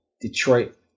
Detroit